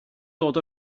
dod